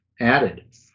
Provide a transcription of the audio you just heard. added